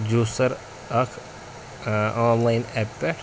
juicer اَکھ online ایپہِ پٮ۪ٹھ